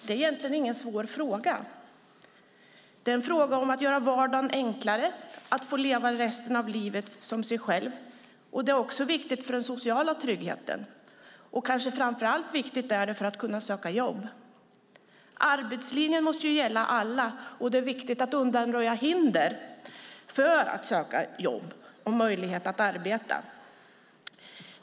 Det är egentligen ingen svår fråga. Det är en fråga om att göra vardagen enklare och om att få leva resten av livet som sig själv. Det är också viktigt för den sociala tryggheten. Kanske framför allt är det viktigt för att kunna söka jobb. Arbetslinjen måste ju gälla alla, och det är viktigt att undanröja hinder för att söka jobb och för möjligheten att arbeta.